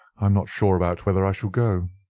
i'm not sure about whether i shall go.